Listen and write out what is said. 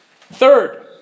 Third